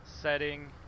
setting